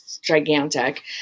gigantic